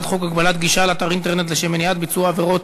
חוק הגבלת שימוש במקום לשם מניעת ביצוע עבירות